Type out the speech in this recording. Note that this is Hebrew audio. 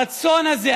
הרצון הזה,